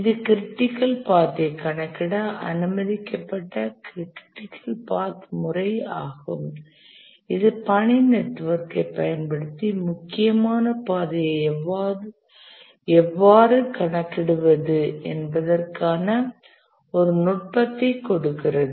இது critical path ஐ கணக்கிட அனுமதிக்கப்பட்ட க்ரிட்டிக்கல் பாத் முறை ஆகும் இது பணி நெட்வொர்க்கை பயன்படுத்தி முக்கியமான பாதையை எவ்வாறு கணக்கிடுவது என்பதற்கான ஒரு நுட்பத்தைக் கொடுக்கிறது